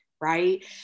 right